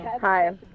Hi